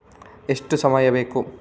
ಎಷ್ಟು ಸಮಯ ಬೇಕು?